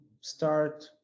start